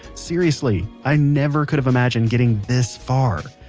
seriously, i never could've imagined getting this far.